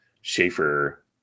Schaefer